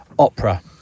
Opera